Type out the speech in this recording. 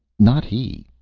not he,